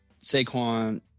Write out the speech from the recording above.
Saquon